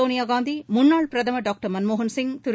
சோனியாகாந்தி முன்னாள் பிரதமர் டாக்டர் மன்மோகன்சிங் திரு